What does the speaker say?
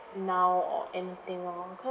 now or anything lor